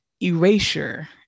erasure